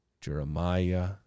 Jeremiah